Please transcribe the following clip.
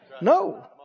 No